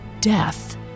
death